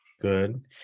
Good